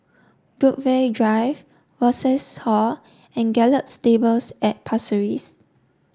Brookvale Drive Rosas Hall and Gallop Stables at Pasir Ris